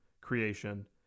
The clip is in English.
creation